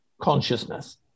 consciousness